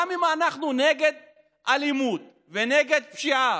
גם אם אנחנו נגד אלימות ונגד פשיעה